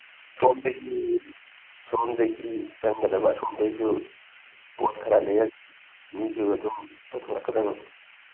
ꯁꯣꯝꯗꯒꯤ ꯁꯣꯝꯗꯒꯤ ꯆꯪꯒꯗꯕ ꯑꯁꯣꯝꯗꯩꯁꯨ ꯄꯣꯠ ꯈꯔ ꯂꯩꯔꯛ ꯃꯤꯁꯨ ꯑꯗꯨꯝ ꯄꯨꯊꯣꯔꯛꯀꯗꯕ